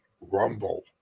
Rumble